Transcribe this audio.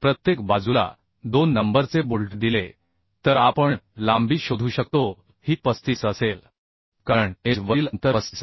प्रत्येक बाजूला 2 नंबरचे बोल्ट दिले तर आपण लांबी शोधू शकतो ही 35 असेल कारण एज वरील अंतर 35 आहे